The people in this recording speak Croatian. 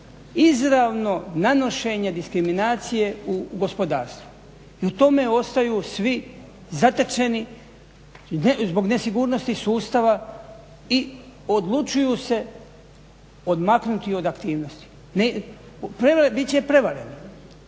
izravno nanošenje diskriminacije u gospodarstvu i u tome ostaju svi zatečeni zbog nesigurnosti sustava i odlučuju se odmaknuti od aktivnosti. Bit će prevareni.